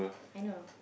I know